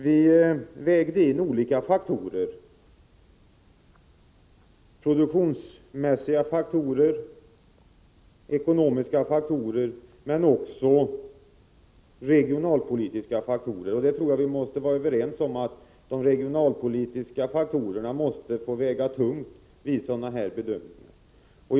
Vi vägde in olika faktorer: produktionsmässiga faktorer, ekonomiska faktorer och regionalpolitiska faktorer. Jag tror att vi måste vara överens om att de regionalpolitiska faktorerna måste få väga tungt vid sådana här bedömningar.